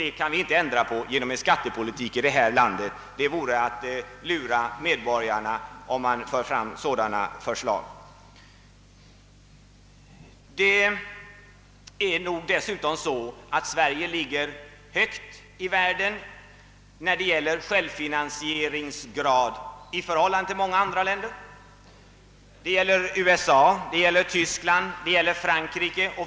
Det kan vi inte ändra på genom skattepolitiken här i landet — om man för fram sådana förslag lurar man medborgarna. I fråga om självfinansieringsgrad ligger Sverige högt i världen i förhållande till många andra länder, USA, Tyskland och Frankrike.